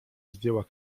zdjęła